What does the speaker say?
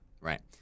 right